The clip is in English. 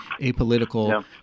apolitical